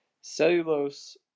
Cellulose